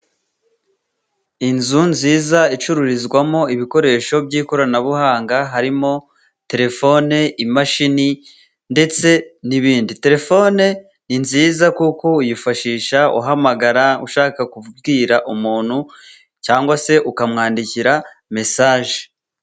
Inzu nziza icururizwamo ibikoresho by'ikoranabuhanga, harimo terefone, imashini, ndetse n'ibindi. Terefone ni nziza kuko uyifashisha uhamagara, ushaka kubwira umuntu cyangwa se ukamwandikira mesaje.